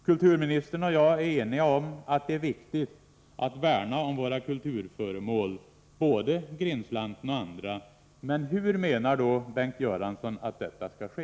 Kulturministern och jag är eniga om att det är viktigt att värna om våra kulturföremål, både Grindslanten och andra, men hur menar Bengt Göransson att detta skall ske?